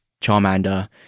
Charmander